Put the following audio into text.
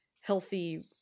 healthy